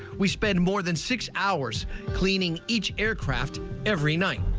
we spend more than six hours cleaning each aircraft every night.